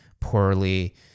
poorly